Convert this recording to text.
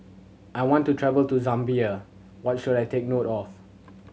I want to travel to Zambia what should I take note of